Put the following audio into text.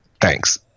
thanks